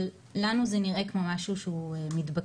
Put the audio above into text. אבל לנו זה נראה כמו משהו שהוא מתבקש.